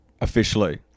Officially